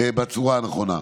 בצורה הנכונה.